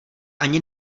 ani